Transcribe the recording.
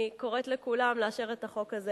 אני קוראת לכולם לאשר את החוק הזה